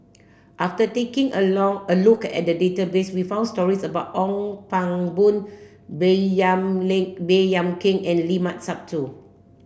after taking a long a look at the database we found stories about Ong Pang Boon Baey Yam Lim Baey Yam Keng and Limat Sabtu